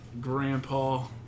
grandpa